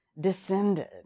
descended